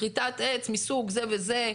כריתת עץ מסוג זה וזה,